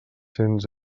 cents